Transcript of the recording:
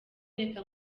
reka